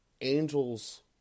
angels